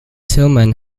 tillman